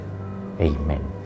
Amen